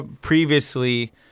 previously